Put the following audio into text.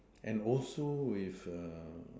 and also with a